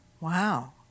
Wow